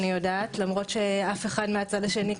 למרות שאף אחד מהצד השני,